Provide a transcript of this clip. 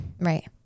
Right